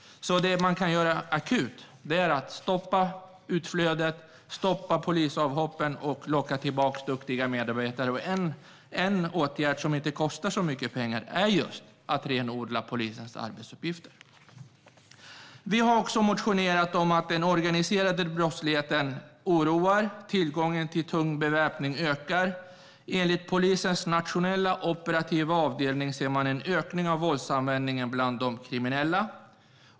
Det man kan göra akut är att stoppa utflödet, stoppa polisavhoppen och locka tillbaka duktiga medarbetare. En åtgärd som inte kostar så mycket pengar är just att renodla polisens arbetsuppgifter. Vi har också motionerat om att den organiserade brottsligheten oroar och att tillgången till tung beväpning ökar. Enligt polisens nationella operativa avdelning ser man en ökning av våldsanvändningen bland de kriminella.